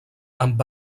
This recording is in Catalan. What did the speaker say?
amb